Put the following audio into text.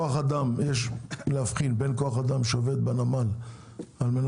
יש להבחין בין כוח אדם שעובד בנמל כדי